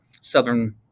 Southern